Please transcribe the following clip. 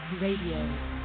Radio